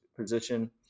position